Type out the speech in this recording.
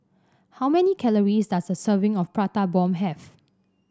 how many calories does a serving of Prata Bomb have